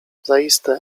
zaiste